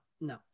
no